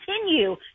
continue